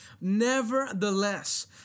Nevertheless